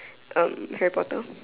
um Harry Potter